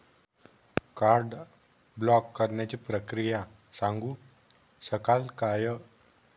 Card block करण्याची प्रक्रिया सांगू शकाल काय?